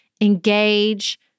engage